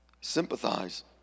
Sympathize